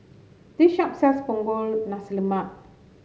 this shop sells Punggol Nasi Lemak